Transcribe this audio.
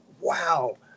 wow